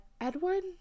Edward